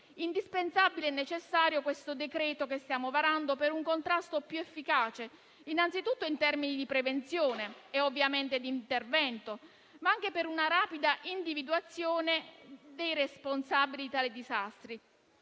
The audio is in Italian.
indispensabile e necessario per un contrasto più efficace, innanzitutto in termini di prevenzione e ovviamente di intervento, ma anche per una rapida individuazione dei responsabili di tali disastri